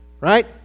Right